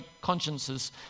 consciences